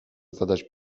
zadać